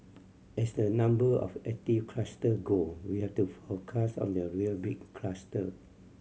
as the number of active cluster go we have to focus on the real big cluster